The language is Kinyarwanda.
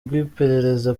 rw’iperereza